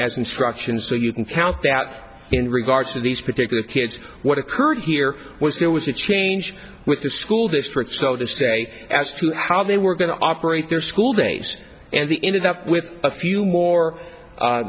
as instruction so you can count that in regards to these particular kids what occurred here was there was a change with the school district so to say as to how they were going to operate their school days and the ended up with a few more